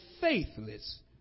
faithless